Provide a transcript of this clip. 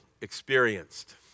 experienced